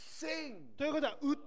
sing